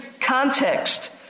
context